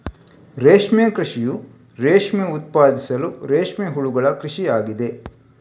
ರೇಷ್ಮೆ ಕೃಷಿಯು ರೇಷ್ಮೆ ಉತ್ಪಾದಿಸಲು ರೇಷ್ಮೆ ಹುಳುಗಳ ಕೃಷಿ ಆಗಿದೆ